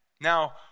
Now